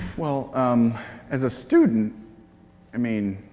well um as a student i mean,